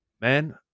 man